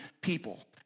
people